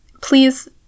Please